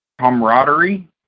camaraderie